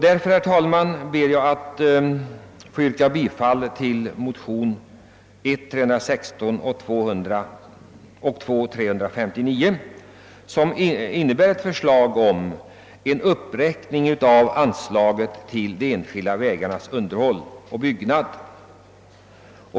Därför ber jag, herr talman, att få yrka bifall till motionerna I: 316 och II: 359, vilka innehåller förslag om uppräkning av anslaget till de enskilda vägarnas underhåll och byggnad.